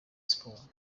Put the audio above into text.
sports